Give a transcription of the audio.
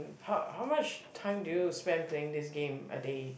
how how much time do you spend playing this game a day